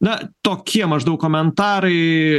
na tokie maždaug komentarai